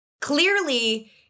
clearly